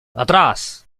atrás